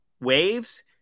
waves